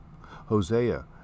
Hosea